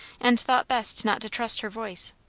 and thought best not to trust her voice.